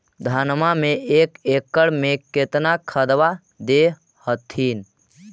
धनमा मे एक एकड़ मे कितना खदबा दे हखिन?